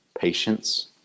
patience